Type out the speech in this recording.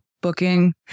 booking